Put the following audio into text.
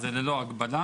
אז זה ללא הגבלה.